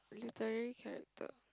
literary character